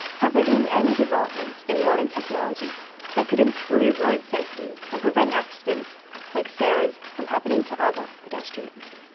have there been any developments in modern technology that could improve road safety and prevent accidents like sarah's from happening to other pedestrians?